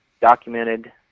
documented